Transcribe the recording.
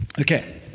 Okay